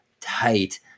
tight